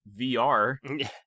VR